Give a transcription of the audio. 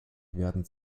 werden